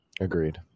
Agreed